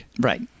Right